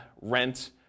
rent